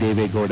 Deve Gowda